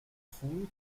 fool